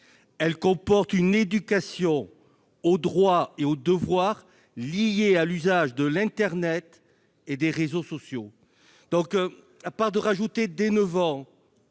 qu'elle comporte une éducation aux droits et aux devoirs liés à l'usage de l'internet et des réseaux sociaux. Dès lors, ajouter « dès 9 ans